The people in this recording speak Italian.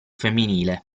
femminile